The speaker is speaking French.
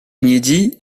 inédit